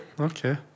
okay